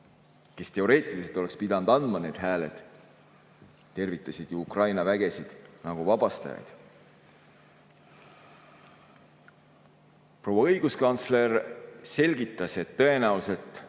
kes teoreetiliselt andsid need hääled, tervitasid Ukraina vägesid nagu vabastajaid. Proua õiguskantsler selgitas, et tõenäoliselt